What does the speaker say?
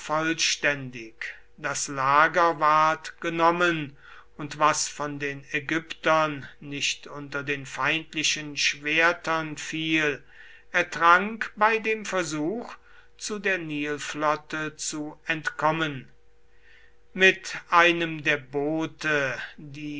vollständig das lager ward genommen und was von den ägyptern nicht unter den feindlichen schwertern fiel ertrank bei dem versuch zu der nilflotte zu entkommen mit einem der boote die